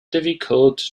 difficult